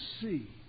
see